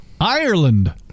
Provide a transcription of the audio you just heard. Ireland